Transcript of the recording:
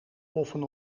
poffen